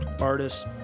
artists